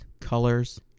colors